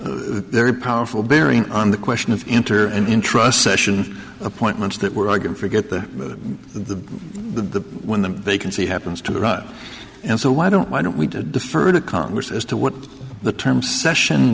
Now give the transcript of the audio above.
it's very powerful bearing on the question of enter and intrust session appointments that were i can forget the the the when the vacancy happens to run and so why don't why don't we defer to congress as to what the term session